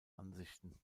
ansichten